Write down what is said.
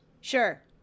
Sure